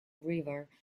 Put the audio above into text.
river